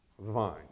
vine